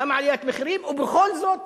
גם עליית מחירים ובכל זאת